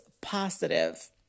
positive